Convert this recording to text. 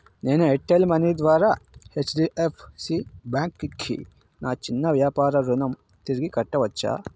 నేను Airtel money ద్వారా HDFC bank కి నా చిన్న వ్యాపార రుణం తిరిగి కట్టవచ్చా